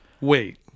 Wait